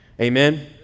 Amen